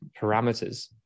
parameters